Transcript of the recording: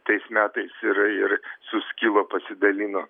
tais metais ir ir suskilo pasidalino